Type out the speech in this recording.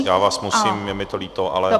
Já vás musím, je mi to líto, ale